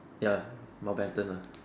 ya Mountbatten lah